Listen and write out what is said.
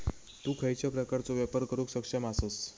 तु खयच्या प्रकारचो व्यापार करुक सक्षम आसस?